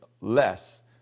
less